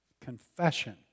Confession